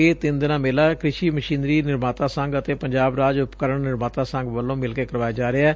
ਇਹ ਤਿੰਨ ਦਿਨਾਂ ਮੇਲਾ ਕ੍ਰਿਸ਼ੀ ਮਸ਼ੀਨਰੀ ਨਿਰਮਾਤਾ ਸੰਘ ਅਤੇ ਪੰਜਾਬ ਰਾਜ ਉਪਕਰਣ ਨਿਰਮਤਾ ਸੰਘ ਵਲੋਂ ਮਿਲ ਕੇ ਕਰਵਾਇਆ ਜਾ ਰਿਹੈ